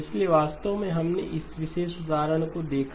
इसलिए वास्तव में हमने इस विशेष उदाहरण को देखा